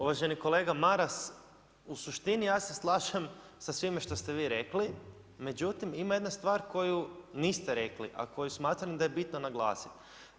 Uvaženi kolega Maras, ja se slažem sa svime šta ste vi rekli, međutim ima jedna stvar koju niste rekli a koju smatram da je bitno naglasiti.